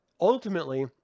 ultimately